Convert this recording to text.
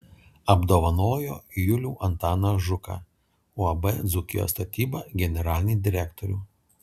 apdovanojo julių antaną žuką uab dzūkijos statyba generalinį direktorių